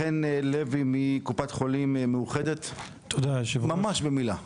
חן לוי מקופת חולים מאוחדת, ממש במילה.